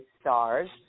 stars